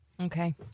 Okay